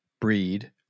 breed